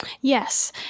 Yes